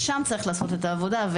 ושם צריך לעשות את העבודה.